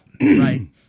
right